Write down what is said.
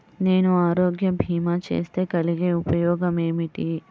నేను ఆరోగ్య భీమా చేస్తే కలిగే ఉపయోగమేమిటీ?